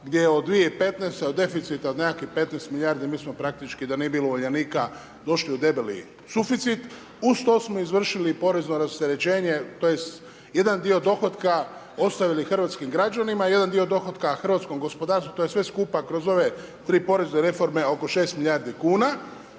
gdje od 2015. od deficita od nekakvih 15 milijardi, mi smo praktički da nije bilo Uljanika, došli u debeli suficit, uz to smo izvršili i porezno rasterećenje, to jest jedan dio dohotka ostavili hrvatskih građanima, jedan dio dohotka hrvatskom gospodarstvu, to je sve skupa kroz ove 3 porezne reforme oko 6 milijardi kuna,